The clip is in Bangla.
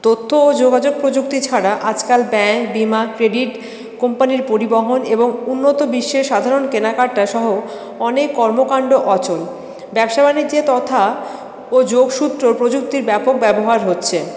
তথ্য ও যোগাযোগ প্রযুক্তি ছাড়া আজকাল ব্যাঙ্ক বিমা ক্রেডিট কোম্পানির পরিবহন এবং উন্নত বিশ্বের সাধারণ কেনাকাটা সহ অনেক কর্মকান্ড অচল ব্যবসা বাণিজ্যে তথা ও যোগসূত্র প্রযুক্তির ব্যাপক ব্যবহার হচ্ছে